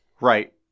Right